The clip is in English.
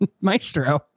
Maestro